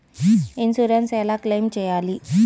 Insurance ఎలా claim చేయాలి?